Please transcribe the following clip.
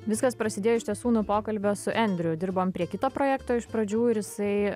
viskas prasidėjo iš tiesų nuo pokalbio su andrew dirbom prie kito projekto iš pradžių ir jisai